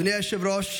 אדוני היושב-ראש,